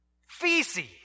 Feces